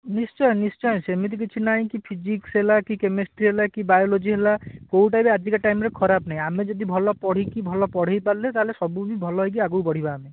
ନିଶ୍ଚୟ ନିଶ୍ଚୟ ସେମିତି କିଛି ନାହିଁ କି ଫିଜିକ୍ସ ହେଲା କି କେମେଷ୍ଟ୍ରି ହେଲା କି ବାୟୋଲଜି ହେଲା କେଉଁଟା ବି ଆଜିକା ଟାଇମ୍ରେ ଖରାପ ନୁହେଁ ଆମେ ଯଦି ଭଲ ପଢ଼ିକି ଭଲ ପଢ଼ାଇପାରିଲେ ତା'ହେଲେ ସବୁ ହିଁ ଭଲ ହେଇକି ଆଗକୁ ବଢ଼ିବା ଆମେ